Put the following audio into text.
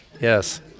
Yes